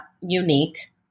unique